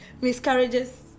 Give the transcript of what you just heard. miscarriages